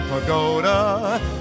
Pagoda